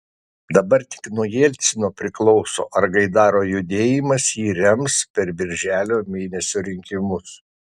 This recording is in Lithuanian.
dabar tik nuo jelcino priklauso ar gaidaro judėjimas jį rems per birželio mėnesio rinkimus